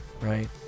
right